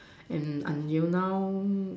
and until now